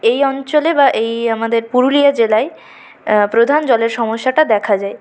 এই অঞ্চলে বা এই আমাদের পুরুলিয়া জেলায় প্রধান জলের সমস্যাটা দেখা যায়